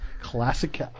classic